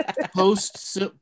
post